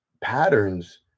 patterns